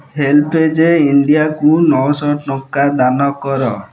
help ଏଜ୍ରେ ଇଣ୍ଡିଆକୁ ନଅଶହ ଟଙ୍କା ଦାନ କର